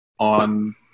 on